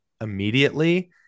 immediately